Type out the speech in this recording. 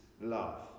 love